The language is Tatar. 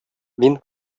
мин